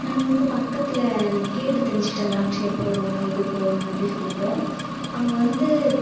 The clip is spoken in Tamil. நான் வந்து பக்கத்தில் நான் கேட்டு தெரிஞ்சுக்கிட்டேன் டாக்டரு எப்போது வருவாங்க எப்படி போவாங்கள் அப்படி சொல்லிட்டு அங்கே வந்து